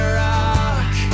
rock